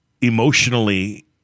emotionally